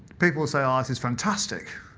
people say ah is is fantastic.